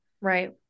Right